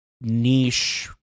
niche